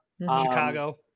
Chicago